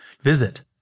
Visit